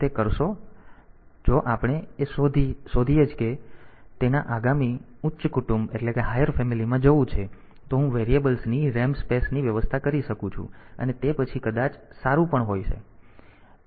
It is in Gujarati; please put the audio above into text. તેથી જો આપણે એ શોધીએ કે તેના આગામી ઉચ્ચ કુટુંબ માં જવું છે તો હું વેરીએબલ્સ ની RAM સ્પેસ ની વ્યવસ્થા કરી શકું છું અને તે પછી કદાચ સારું પણ હોય છે